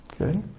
Okay